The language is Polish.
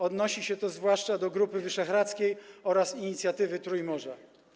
Odnosi się to zwłaszcza do Grupy Wyszehradzkiej oraz inicjatywy Trójmorza.